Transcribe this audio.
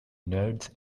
nerds